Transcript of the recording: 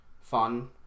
fun